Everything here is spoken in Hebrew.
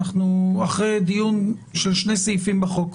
אנחנו אחרי דיון של שני סעיפים בחוק.